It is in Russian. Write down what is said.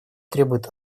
требует